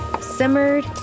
simmered